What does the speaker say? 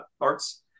arts